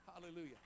Hallelujah